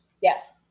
Yes